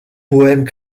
poèmes